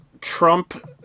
Trump